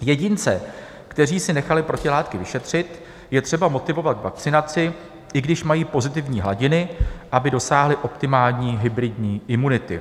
Jedince, kteří si nechali protilátky vyšetřit, je třeba motivovat k vakcinaci, i když mají pozitivní hladiny, aby dosáhli optimální hybridní imunity.